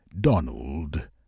Donald